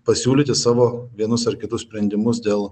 pasiūlyti savo vienus ar kitus sprendimus dėl